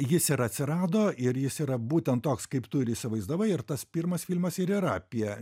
jis ir atsirado ir jis yra būtent toks kaip tu ir įsivaizdavai ir tas pirmas filmas ir yra apie